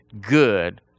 good